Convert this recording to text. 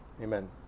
Amen